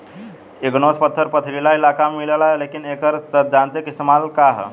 Igneous पत्थर पथरीली इलाका में मिलेला लेकिन एकर सैद्धांतिक इस्तेमाल का ह?